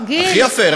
הכי יפה,